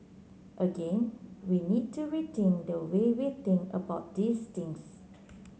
again we need to rethink the way we think about these things